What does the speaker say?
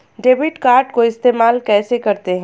Debit card को इस्तेमाल कैसे करते हैं?